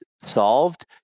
solved